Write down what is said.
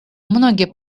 многие